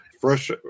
Fresh